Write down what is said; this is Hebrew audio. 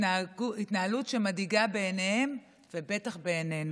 זאת התנהלות שמדאיגה בעיניהם ובטח בעינינו.